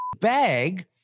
bag